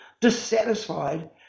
dissatisfied